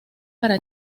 para